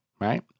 right